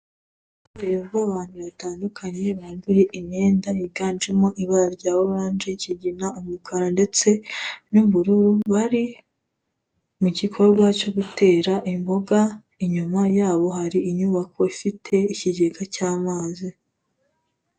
Abantu batandukanye bambaye imyenda yiganjemo ibara rya oranje, ikigina, umukara ndetse n'ubururu, bari mu gikorwa cyo gutera imboga, inyuma yabo hari inyubako ifite ikigega cy'amazi.